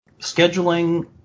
Scheduling